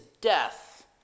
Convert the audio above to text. death